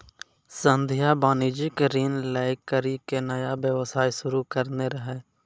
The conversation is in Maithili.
संध्या वाणिज्यिक ऋण लै करि के नया व्यवसाय शुरू करने रहै